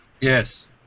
Yes